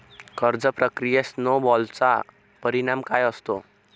कर्ज प्रक्रियेत स्नो बॉलचा परिणाम काय असतो?